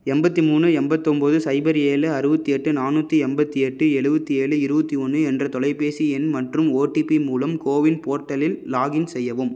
எண்பத்தி மூணு எண்பத்தொம்போது சைபர் ஏழு அறுபத்தி எட்டு நானூற்றி எண்பத்தி எட்டு எழுவத்தி ஏழு இருபத்தி ஒன்று என்ற தொலைபேசி எண் மற்றும் ஓடிபி மூலம் கோவின் போர்ட்டலில் லாகின் செய்யவும்